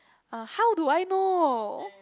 uh how do I know